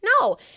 No